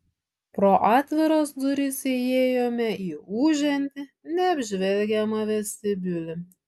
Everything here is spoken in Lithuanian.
pro atviras duris įėjome į ūžiantį neapžvelgiamą vestibiulį